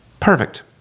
Perfect